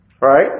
Right